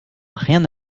rien